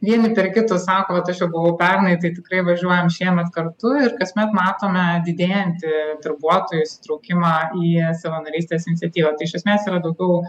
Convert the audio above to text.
vieni per kitus sako kad aš jau buvau pernai tai tikrai važiuojam šiemet kartu ir kasmet matome didėjantį darbuotojų įsitraukimą į savanorystės iniciatyvas iš esmės yra daugiau